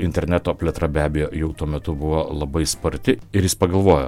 interneto plėtra be abejo jau tuo metu buvo labai sparti ir jis pagalvojo